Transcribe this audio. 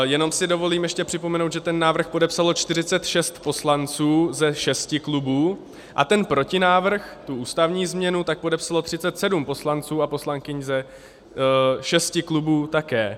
Jenom si dovolím ještě připomenout, že ten návrh podepsalo 46 poslanců ze šesti klubů a ten protinávrh, tu ústavní změnu, podepsalo 37 poslanců a poslankyň ze šesti klubů také.